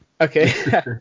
okay